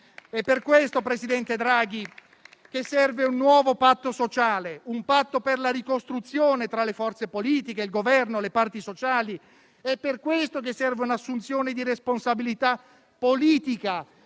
Per questo, signor presidente Draghi, serve un nuovo patto sociale, un patto per la ricostruzione tra le forze politiche, il Governo, le parti sociali. È per questo che serve un'assunzione di responsabilità politica